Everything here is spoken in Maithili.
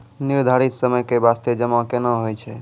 निर्धारित समय के बास्ते जमा केना होय छै?